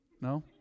No